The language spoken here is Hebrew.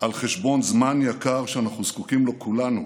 על חשבון זמן יקר שאנחנו זקוקים לו כולנו